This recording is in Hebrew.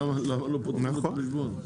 למה לא פותחים לו חשבון?